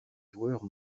joueurs